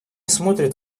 смотрят